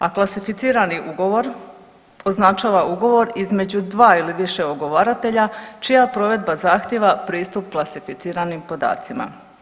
A klasificirani ugovor označava ugovor između 2 ili više ugovaratelja čija provedba zahtjeva pristup klasificiranim podacima.